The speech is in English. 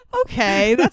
Okay